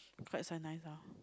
quite a nice lah